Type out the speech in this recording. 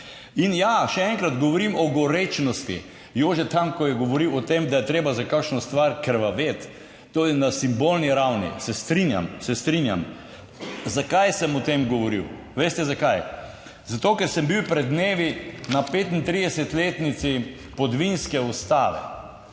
In ja, še enkrat, govorim o gorečnosti. Jože Tanko je govoril o tem, da je treba za kakšno stvar krvaveti. To je na simbolni ravni, se strinjam, se strinjam. Zakaj sem o tem govoril? Veste zakaj, zato, ker sem bil pred dnevi na 35-letnici podvinske ustave.